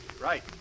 Right